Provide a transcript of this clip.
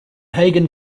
hagen